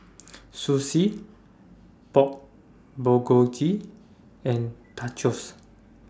Sushi Pork Bulgogi and Tacos